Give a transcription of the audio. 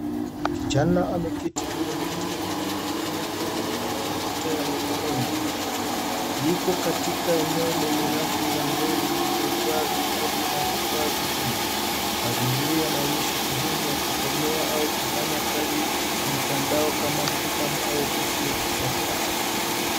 Kijana ameketi kwenye Kiti mirefu akifanya kazi kwenye kompyuta ya mkononi Yuko katika eneo lenye rafu za nguo zilizojaa vitabu na vitu vingine . Mazingira yanaonyesha sehemu ya kusomea au kufanya kazi kimtandao kama maktaba au ofisi ya kisasa.